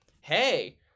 hey